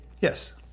Yes